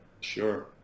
Sure